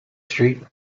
street